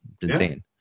insane